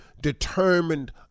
determined